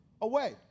away